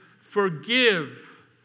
forgive